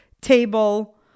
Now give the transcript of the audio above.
table